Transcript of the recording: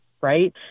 right